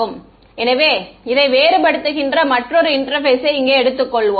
மாணவர் எனவே இதை வேறுபடுத்துகின்ற மற்றொரு இன்டெர்பேஸை இங்கே எடுத்துக்கொள்வோம்